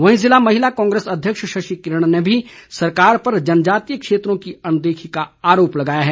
वहीं जिला महिला कांग्रेस अध्यक्ष शशि किरण ने भी सरकार पर जनजातीय क्षेत्रों की अनदेखी का आरोप लगाया है